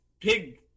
pig